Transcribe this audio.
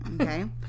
Okay